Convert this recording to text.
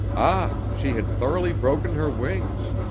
ah! she had thoroughly broken her wings.